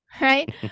right